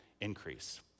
increase